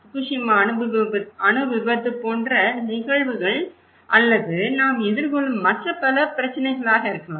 Fukushima அணு விபத்து போன்ற நிகழ்வுகள் அல்லது நாம் எதிர்கொள்ளும் மற்ற பல பிரச்சினைகளாக இருக்கலாம்